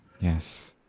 Yes